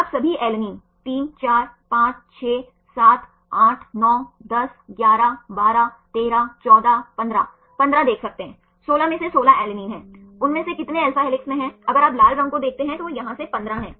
आप सभी अलैनिन 3 4 5 6 7 8 9 10 11 12 13 14 15 15 देख सकते हैं 16 में से 16 अलैनिन हैं उनमें से कितने alpha हेलिक्स में हैं अगर आप लाल रंग को देखते हैं तो वे यहां से 15 हैं